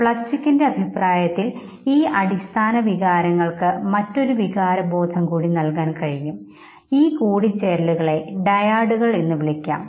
പ്ലച്ചിക്കിന്റെ അഭിപ്രായത്തിൽ ഈ അടിസ്ഥാന വികാരങ്ങൾക്ക് മറ്റൊരു വികാരബോധം കൂടി നൽകാൻ കഴിയും ഈ കൂടിച്ചേരലുകളെ ഡയാഡുകൾ എന്ന് വിളിക്കാം